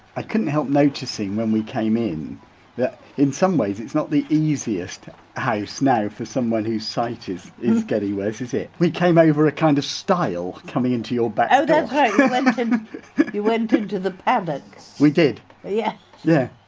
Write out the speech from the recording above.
i couldn't help noticing when we came in that in some ways it's not the easiest house now for someone whose sight is is getting worse is it? we came over a kind of stile coming into your back door oh that's right, you went in to the paddock we did yeah yeah